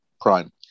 prime